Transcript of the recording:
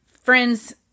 friends